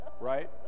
Right